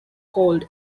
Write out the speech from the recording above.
called